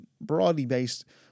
broadly-based